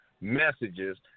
messages